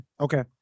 okay